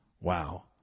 Wow